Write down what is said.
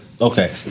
okay